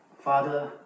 Father